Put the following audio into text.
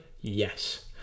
Yes